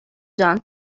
جان